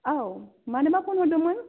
औ मानोबा फन हरदोंमोन